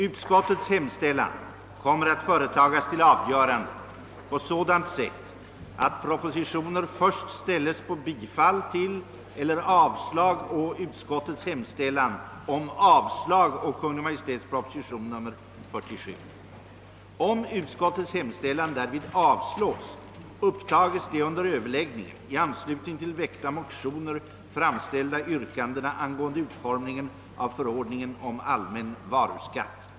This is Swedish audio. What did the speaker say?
Utskottets hemställan kommer att företagas till avgörande på sådant sätt, att propositioner först ställes på bifall till eller avslag å utskottets hemställan om avslag å Kungl. Maj:ts proposition nr 47. Om utskottets hemställan därvid avslås upptages de under överläggningen i anslutning till väckta motioner framställda yrkandena angående utformningen av förordningen om allmän varuskatt.